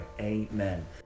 Amen